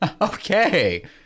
Okay